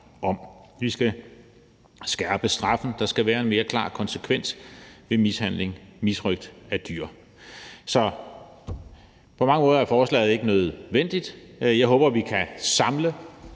om. Vi skal skærpe straffen. Der skal være en mere klar konsekvens ved mishandling og misrøgt af dyr. Så på mange måder er forslaget ikke nødvendigt. Jeg håber – nu har